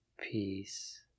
peace